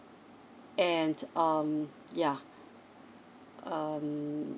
and um yeah um